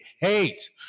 hate